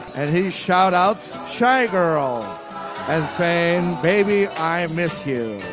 and he shout-outs chi girl and saying, baby, i miss you